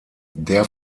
der